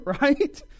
right